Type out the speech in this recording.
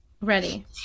ready